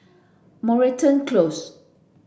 Moreton Close